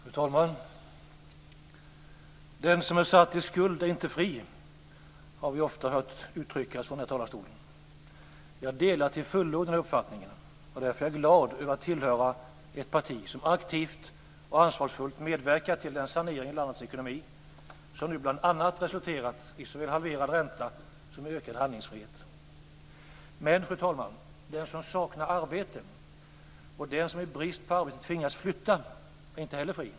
Fru talman! Den som är satt i skuld är inte fri. Det har vi ofta hört uttryckas från den här talarstolen. Jag delar till fullo denna uppfattning, och därför är jag glad över att tillhöra ett parti som aktivt och ansvarsfullt medverkat till den sanering av landets ekonomi som nu bl.a. resulterat i såväl halverad ränta som ökad handlingsfrihet. Men, fru talman, den som saknar arbete och den som i brist på arbete tvingas flytta är inte heller fri.